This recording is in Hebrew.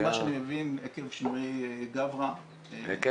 ממה שאני מבין עקב שינוי גברא הנושא